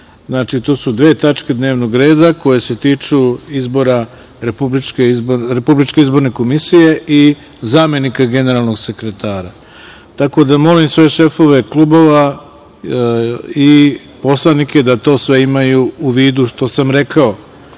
Znači, to su dve tačke dnevnog reda koje se tiču izbora Republičke izborne komisije i zamenika generalnog sekretara, tako da molim sve šefove klubova i poslanike da to sve imaju u vidu što sam rekao,